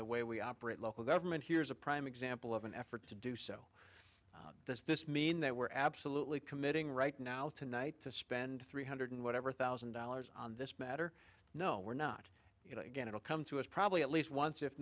the way we operate local government here is a prime example of an effort to do so does this mean that we're absolutely committing right now tonight to spend three hundred whatever thousand dollars on this matter no we're not you know again it will come to us probably at least once if